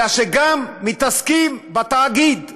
אלא שגם מתעסקים בתאגיד.